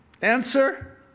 Answer